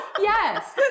Yes